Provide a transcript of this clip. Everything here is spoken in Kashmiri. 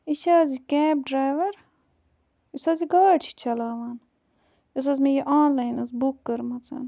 یہِ چھِ حظ یہِ کیب ڈرٛایوَر یُس حظ یہِ گٲڑۍ چھِ چَلاوان یُس حظ مےٚ یہِ آن لاین ٲس بُک کٔرمٕژ